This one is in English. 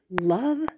love